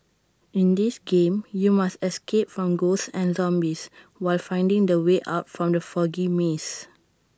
in this game you must escape from ghosts and zombies while finding the way out from the foggy maze